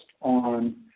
on